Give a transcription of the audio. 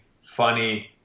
funny